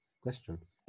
Questions